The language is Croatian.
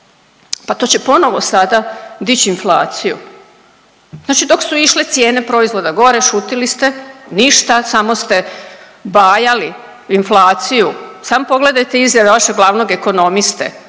Pa to će ponovo sada dići inflaciju. Znači, dok su išle cijene proizvoda gore šutili ste, ništa samo ste bajali inflaciju. Samo pogledajte izjave vašeg glavnog ekonomista